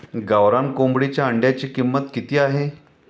गावरान कोंबडीच्या अंड्याची किंमत किती आहे?